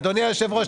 אדוני יושב הראש,